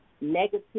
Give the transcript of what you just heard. negative